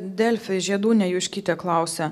delfi žiedūnė juškytė klausia